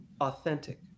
authentic